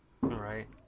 Right